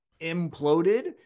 imploded